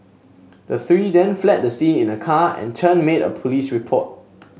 the three then fled the scene in a car and Chen made a police report